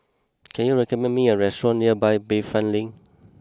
can you recommend me a restaurant near Bayfront Link